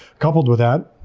coupled with that,